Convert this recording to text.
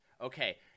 Okay